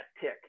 tick